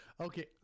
Okay